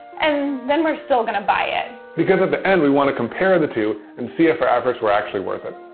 and then we're still gonna buy it. because at the end, we wanna compare the two and see if our efforts were actually worth it.